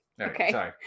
Okay